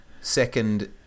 second